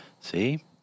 see